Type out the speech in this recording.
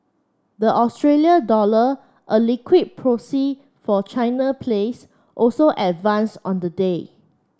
the Australia dollar a liquid proxy for China plays also advanced on the day